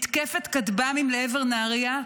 מתקפת כטב"מים לעבר נהריה,